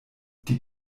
die